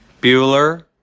Bueller